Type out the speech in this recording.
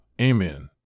Amen